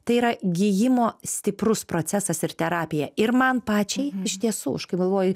tai yra gijimo stiprus procesas ir terapija ir man pačiai iš tiesų aš kai galvoju